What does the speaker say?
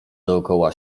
dookoła